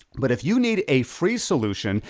but if you need a free solution,